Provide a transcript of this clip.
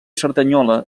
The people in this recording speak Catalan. cerdanyola